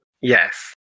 Yes